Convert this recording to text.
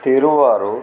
Thiruvarur